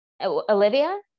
Olivia